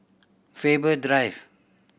Faber Drive